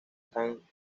están